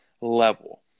level